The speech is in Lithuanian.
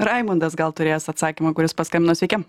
raimundas gal turės atsakymą kuris paskambino sveiki